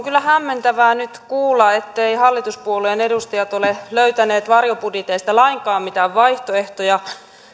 kyllä hämmentävää nyt kuulla etteivät hallituspuolueiden edustajat ole löytäneet varjobudjeteista lainkaan mitään vaihtoehtoja